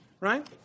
right